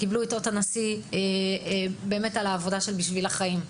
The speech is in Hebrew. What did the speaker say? הם קיבלו את אות הנשיא על העבודה בשביל החיים.